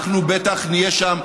אנחנו בטח נהיה שם,